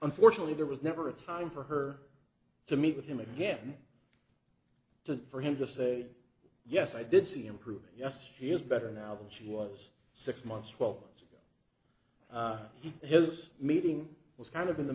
unfortunately there was never a time for her to meet with him again to for him to say yes i did see improvement yes he is better now than she was six months twelve months ago he has meeting was kind of in the